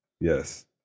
Yes